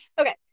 okay